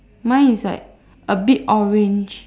mine is like a bit orange